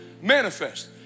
manifest